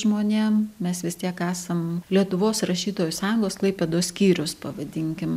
žmonėm mes vis tiek esam lietuvos rašytojų sąjungos klaipėdos skyrius pavadinkim